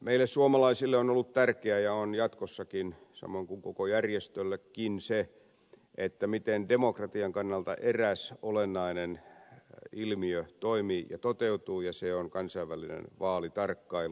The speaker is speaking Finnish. meille suomalaisille on ollut tärkeää ja on jatkossakin samoin kuin koko järjestöllekin se miten demokratian kannalta eräs olennainen ilmiö toimii ja toteutuu ja se on kansainvälinen vaalitarkkailu